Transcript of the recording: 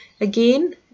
again